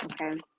okay